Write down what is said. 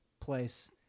place